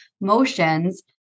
motions